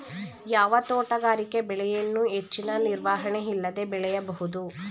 ಯಾವ ತೋಟಗಾರಿಕೆ ಬೆಳೆಯನ್ನು ಹೆಚ್ಚಿನ ನಿರ್ವಹಣೆ ಇಲ್ಲದೆ ಬೆಳೆಯಬಹುದು?